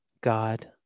God